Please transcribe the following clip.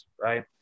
right